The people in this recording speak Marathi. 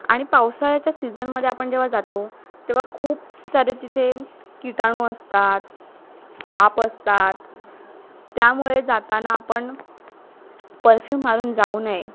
आणि पावसाळ्याच्या सीझनमध्ये आपण जेव्हा जातो तेव्हा खूप सारे तिथे कीटाणू असतात साप असतात त्यामुळे जाताना आपण परफ्यूम मारून जाऊ नये